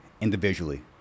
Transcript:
individually